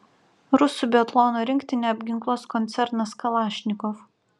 rusų biatlono rinktinę apginkluos koncernas kalašnikov